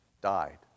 died